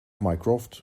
mycroft